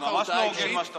זה ממש לא הוגן מה שאתה עושה.